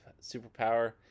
superpower